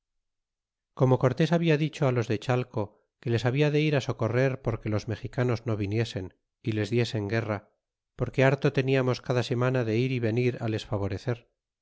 como cortés habia dicho á los de chalco que les habia de ir á socorrer porque los mexicanos no viniesen y les diesen guerra porque harto teniamos cada semana de ir y venir á les favo